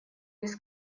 без